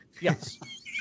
yes